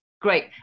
Great